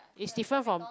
it's different from